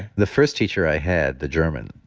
the first teacher i had the german,